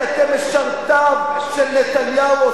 כי אתם משרתיו של נתניהו,